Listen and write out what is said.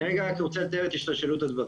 אני רק רוצה לתאר את השתלשלות הדברים.